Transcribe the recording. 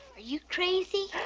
are you crazy?